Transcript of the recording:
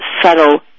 subtle